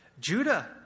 Judah